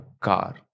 car